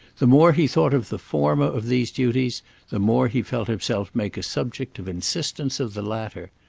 the more he thought of the former of these duties the more he felt himself make a subject of insistence of the latter.